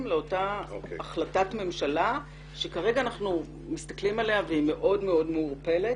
לאותה החלטת ממשלה שכרגע אנחנו מסתכלים עליה והיא מאוד מאוד מעורפלת.